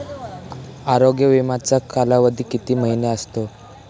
आरोग्य विमाचा कालावधी किती महिने असतो?